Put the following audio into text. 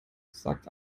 sagt